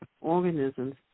organisms